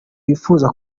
wifuza